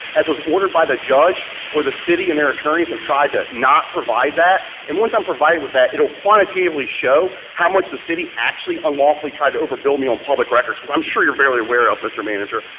as was ordered by the judge, where the city and their attorneys have tried to not provide that, and once i'm provided with that, it will quite immediately show how much the city actually unlawfully tried to overbill me on public records, which i'm sure you're very aware of, mr. manager.